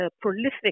prolific